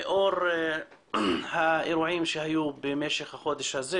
לאור האירועים שהיו במשך החודש הזה